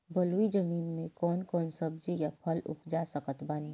बलुई जमीन मे कौन कौन सब्जी या फल उपजा सकत बानी?